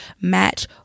match